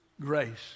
grace